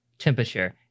Temperature